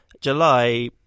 July